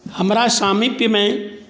हमरा सामिप्यमे